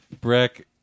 Breck